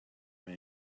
man